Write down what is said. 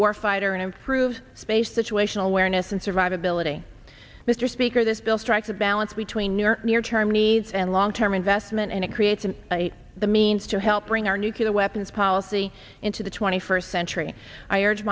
war fighter and improve space situational awareness and survivability mr speaker this bill strikes a balance between your near term needs and long term investment and it creates an the means to help bring our nuclear weapons policy into the twenty first century i urge